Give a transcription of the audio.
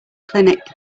clinic